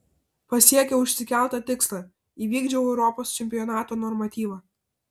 pasiekiau išsikeltą tikslą įvykdžiau europos čempionato normatyvą